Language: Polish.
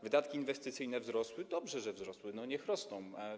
Wydatki inwestycyjne wzrosły - dobrze, że wzrosły, niech rosną.